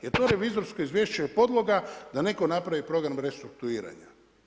Jer to revizorsko izvješće je podloga da netko napravi program restrukturiranja.